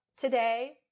today